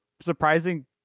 surprising